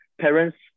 parents